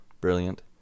brilliant